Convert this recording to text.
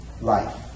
life